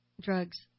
drugs